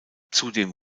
zudem